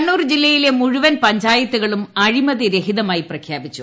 കണ്ണൂർ ജില്ലയിലെ മുഴുവൻ പഞ്ചായത്തുകളും അഴിമതി രഹിതമായി പ്രഖ്യാപിച്ചു